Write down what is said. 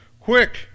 Quick